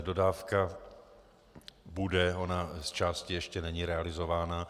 Dodávka bude, zčásti ještě není realizovaná.